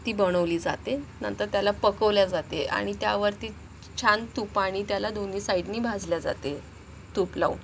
ती बनवली जाते नंतर त्याला पकवल्या जाते आणि त्यावरती छान तुपानी त्याला दोन्ही साईडनी भाजल्या जाते तूप लावून